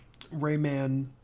rayman